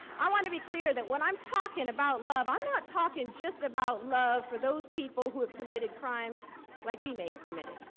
want to be clear that when i'm talking about love, i'm not talking just about love for those people who have committed crimes like we may have committed.